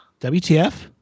WTF